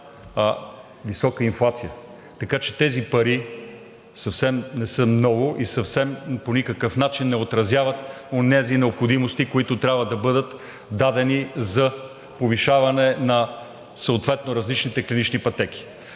висока инфлация, така че тези пари съвсем не са много и съвсем по никакъв начин не отразяват онези необходимости, които трябва да бъдат дадени за повишаване на съответно различните клинични пътеки.